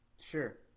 Sure